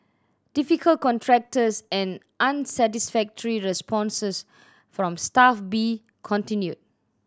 difficult contractors and unsatisfactory responses from Staff B continued